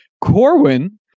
Corwin